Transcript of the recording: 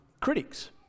critics